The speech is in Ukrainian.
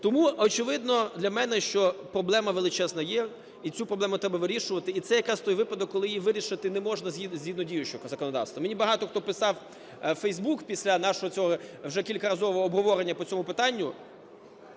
Тому очевидно для мене, що проблема величезна є, і цю проблему треба вирішувати. І це якраз той випадок, коли її вирішити не можна, згідно діючого законодавства. Мені багато хто писав у Фейсбук після нашого цього вже кількаразового обговорення по цьому питанню.